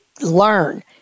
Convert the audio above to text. learn